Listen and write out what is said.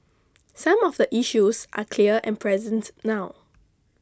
some of the issues are clear and present now